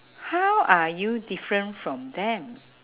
how are you different from them